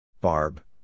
Barb